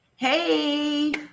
Hey